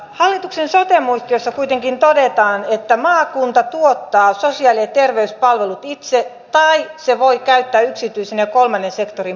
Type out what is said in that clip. hallituksen sote muistiossa kuitenkin todetaan että maakunta tuottaa sosiaali ja terveyspalvelut itse tai se voi käyttää yksityisen ja kolmannen sektorin palveluita